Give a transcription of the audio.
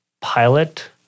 pilot